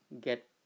get